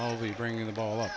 will be bringing the ball